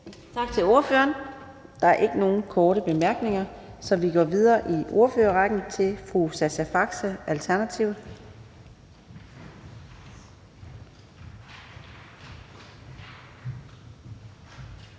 Tak til ordføreren. Der er ikke nogen korte bemærkninger, så vi går videre i ordførerrækken til hr. Lars Boje Mathiesen,